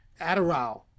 Adderall